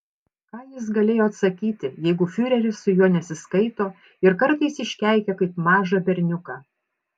ką jis galėjo atsakyti jeigu fiureris su juo nesiskaito ir kartais iškeikia kaip mažą berniuką